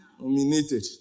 nominated